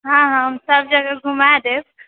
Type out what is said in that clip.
हँ हँ हम सब जगह घुमा देब